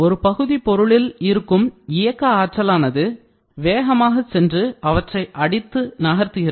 ஒரு பகுதிபொருளில் இருக்கும் இயக்க ஆற்றலானது வேகமாகச் சென்று அவற்றை அடித்து நகர்த்துகிறது